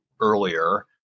earlier